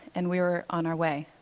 and we were on our way.